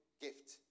gift